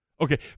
Okay